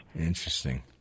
Interesting